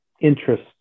interest